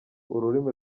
ururimi